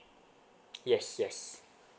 yes yes